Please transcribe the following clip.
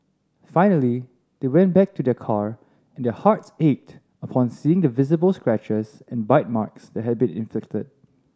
finally they went back to their car and their hearts ached upon seeing the visible scratches and bite marks that had been inflicted